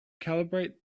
calibrate